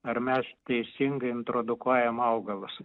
ar mes teisingai introdukuojam augalus